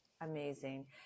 Amazing